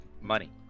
Money